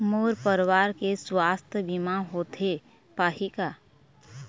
मोर परवार के सुवास्थ बीमा होथे पाही का?